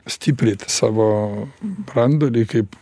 stiprinti savo branduolį kaip